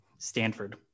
stanford